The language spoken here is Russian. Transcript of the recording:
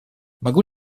могу